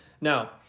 now